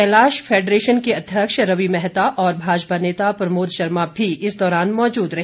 Kailash federation के अध्यक्ष रवि मैहता और भाजपा नेता प्रमोद शर्मा भी इस दौरान मौजूद रहे